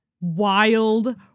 wild